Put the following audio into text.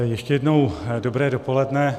Ještě jednou dobré dopoledne.